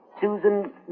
Susan